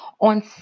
On